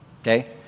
okay